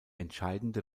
entscheidende